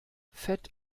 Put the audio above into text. fett